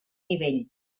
nivell